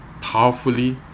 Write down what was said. powerfully